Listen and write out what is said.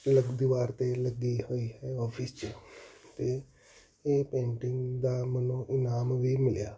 ਲੱ ਦੀਵਾਰ 'ਤੇ ਲੱਗੀ ਹੋਈ ਹੈ ਆਫਿਸ 'ਚ ਅਤੇ ਇਹ ਪੇਂਟਿੰਗ ਦਾ ਮੈਨੂੰ ਇਨਾਮ ਵੀ ਮਿਲਿਆ